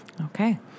Okay